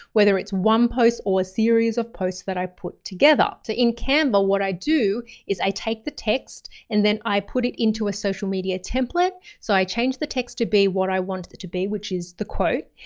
whether it's one post or a series of posts that i put together. in canva, what i do is i take the text and then i put it into a social media template. so i change the text to be what i wanted it to be, which is the quote.